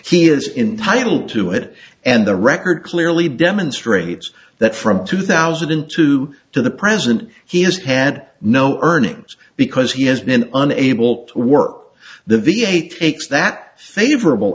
he is entitle to it and the record clearly demonstrates that from two thousand and two to the present he has had no earnings because he has been unable to work the v a takes that favorable